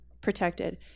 protected